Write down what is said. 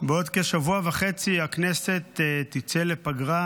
כשבוע וחצי הכנסת תצא לפגרה